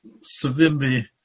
Savimbi